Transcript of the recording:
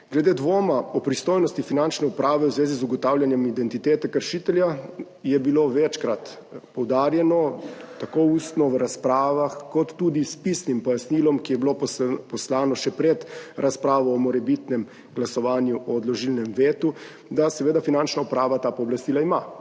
Glede dvoma o pristojnosti Finančne uprave v zvezi z ugotavljanjem identitete kršitelja je bilo večkrat poudarjeno tako ustno v razpravah kot tudi s pisnim pojasnilom, ki je bilo poslano še pred razpravo o morebitnem glasovanju o odložilnem vetu, da seveda Finančna uprava ta pooblastila ima,